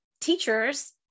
teachers